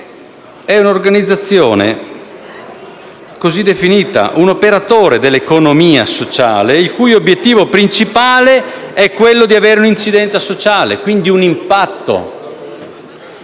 è un'organizzazione così definita: un «operatore dell'economia sociale il cui obiettivo principale è quello di avere un'incidenza sociale,» - quindi un impatto